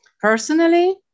Personally